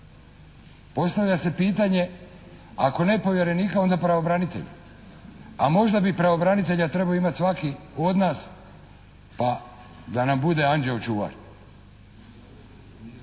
Postavlja se pitanje ako ne povjerenika onda pravobranitelja, a možda bi pravobranitelja trebao imati svaki od nas pa da nam bude anđeo čuvar.